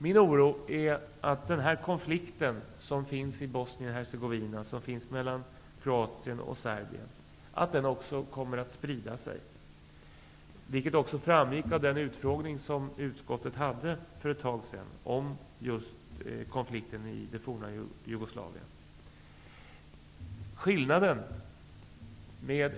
Min oro gäller att den konflikt som finns i Bosnien Hercegovina mellan Kroatien och Serbien kommer att sprida sig. Risken för det framgick av den utfrågning som utskottet hade för ett tag sedan om just konflikten i det forna Jugoslavien.